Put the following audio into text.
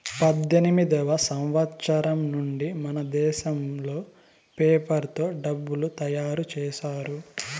పద్దెనిమిదివ సంవచ్చరం నుండి మనదేశంలో పేపర్ తో డబ్బులు తయారు చేశారు